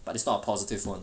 but this is not a positive one